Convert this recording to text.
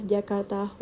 Jakarta